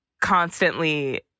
constantly